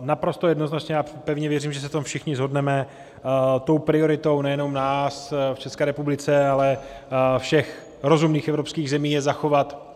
Naprosto jednoznačně, a pevně věřím, že se na tom všichni shodneme, tou prioritou nejenom nás v České republice, ale všech rozumných evropských zemí je zachovat